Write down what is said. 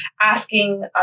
asking